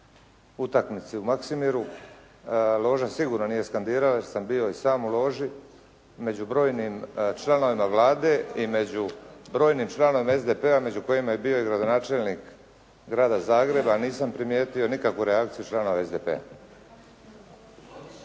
utakmici u Maksimiru, loža sigurno nije skandirala jer sam bio i sam u loži među brojnim članovima Vlade i među brojnim članovima SDP-a, među kojima je bio i gradonačelnik grada Zagreba. Nisam primjetio nikakvu reakciju članova SDP-a.